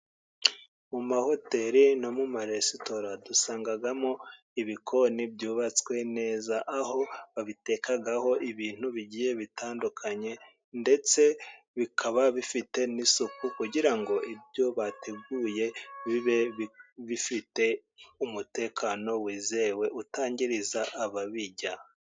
Mu mahoteri no mu maresitora dusangamo ibikoni byubatswe neza; aho babitekaho ibintu bigiye bitandukanye, ndetse bikaba bifite n'isuku, kugira ngo ibyo bateguye bibe bifite umutekano wizewe utangiriza ababirya.